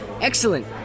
Excellent